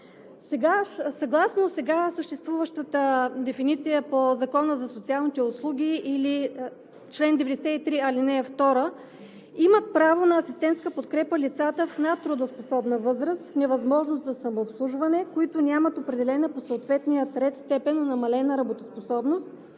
Съгласно сега съществуващата дефиниция по Закона за социалните услуги или чл. 93, ал. 2 имат право на асистентска подкрепа лицата в надтрудоспособна възраст, в невъзможност за самообслужване, които нямат определена по съответния ред степен намалена работоспособност